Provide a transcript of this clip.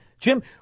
Jim